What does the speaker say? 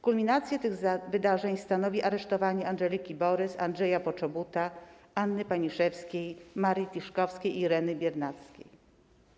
Kulminację tych wydarzeń stanowi aresztowanie Andżeliki Borys, Andrzeja Poczobuta, Anny Paniszewskiej, Marii Tiszkowskiej i Ireny Biernackiej.